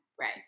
right